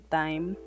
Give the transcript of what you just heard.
time